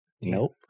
Nope